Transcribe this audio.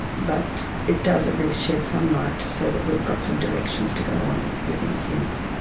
but it does at least shed some light to say that we've got some directions to go on within humans.